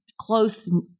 close